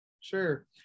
Sure